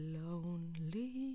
lonely